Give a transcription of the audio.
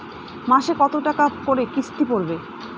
মাসে কত টাকা করে কিস্তি পড়বে?